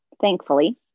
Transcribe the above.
thankfully